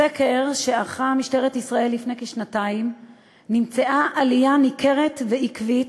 בסקר שערכה משטרת ישראל לפני כשנתיים נמצאה עלייה ניכרת ועקבית